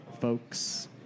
folks